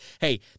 hey